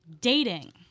dating